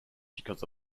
because